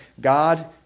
God